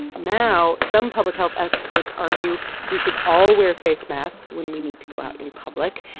and now some public health experts argue we should all wear face masks when we need to go out in public.